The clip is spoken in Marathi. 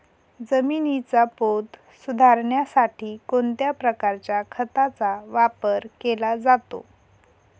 जमिनीचा पोत सुधारण्यासाठी कोणत्या प्रकारच्या खताचा वापर केला जातो?